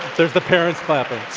there's the parents clapping.